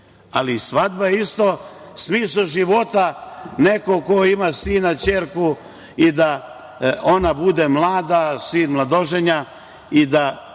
ali svadba je isto smisao života. Neko ko ima sina, ćerku i da ona bude mlada, sin mladoženja i da